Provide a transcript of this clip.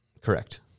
Correct